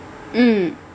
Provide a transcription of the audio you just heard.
mm